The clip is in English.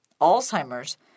Alzheimer's